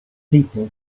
people